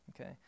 Okay